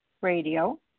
radio